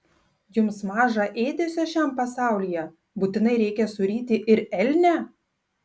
jums maža ėdesio šiam pasaulyje būtinai reikia suryti ir elnią